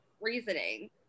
reasoning